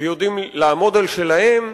ויודעים לעמוד על שלהם,